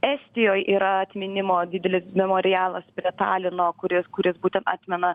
estijoj yra atminimo didelis memorialas prie talino kuris kuris būtent atmena